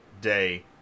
day